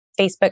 Facebook